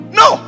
no